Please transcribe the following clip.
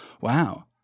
wow